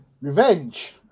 Revenge